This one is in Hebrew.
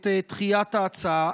את דחיית ההצעה,